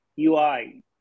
UI